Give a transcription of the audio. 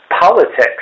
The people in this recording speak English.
politics